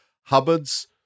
Hubbard's